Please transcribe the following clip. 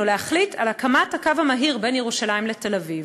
להחליט על הקמת הקו המהיר בין ירושלים לתל-אביב,